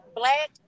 black